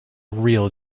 real